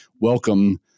welcome